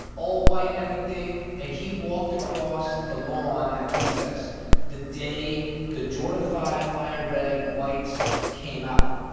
all-white everything. and he walked across the lawn at recess the day the jordan five fire red whites came out.